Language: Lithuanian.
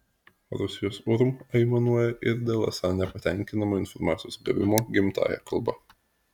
rusijos urm aimanuoja ir dėl esą nepatenkinamo informacijos gavimo gimtąja kalba